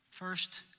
first